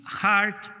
heart